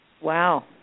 Wow